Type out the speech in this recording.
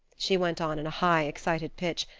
she went on in a high, excited pitch,